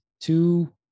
Two